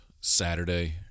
Saturday